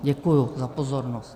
Děkuji za pozornost.